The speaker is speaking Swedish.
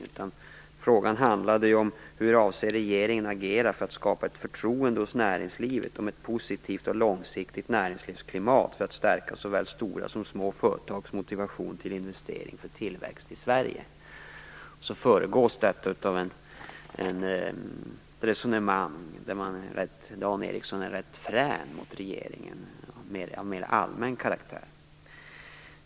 Interpellationen handlade ju om hur regeringen avser att agera för att skapa ett förtroende hos näringslivet om ett positivt och långsiktigt näringslivsklimat för att stärka såväl stora som små företags motivation till investering för tillväxt i Sverige. Detta föregås av ett resonemang där Dan Ericsson är rätt frän mot regeringen rent allmänt.